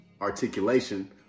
articulation